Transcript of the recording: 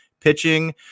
pitching